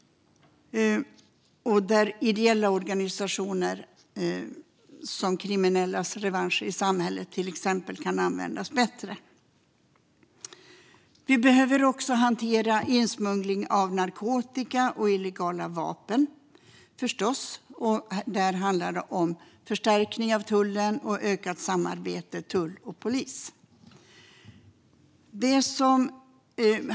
Där kan ideella organisationer som exempelvis Kriminellas revansch i samhället användas bättre. Vi behöver förstås också hantera insmuggling av narkotika och illegala vapen. Där handlar det om en förstärkning av tullen och ökat samarbete mellan tull och polis.